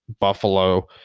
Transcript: Buffalo